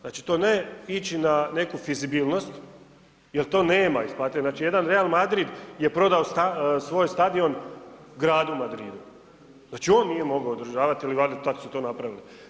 Znači to ne ići na neku fizibilnost jer to nema isplativosti, znači jedan Real Madrid je prodao svoj stadion gradu Madridu, znači on nije mogao održavati ili valjda tak su to napravili.